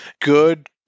Good